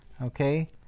Okay